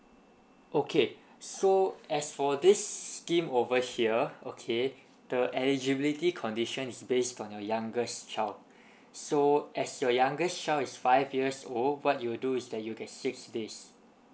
okay so as for this scheme over here okay the eligibility condition is based on your youngest child so as your youngest child is five years old what you'll do is that you get six days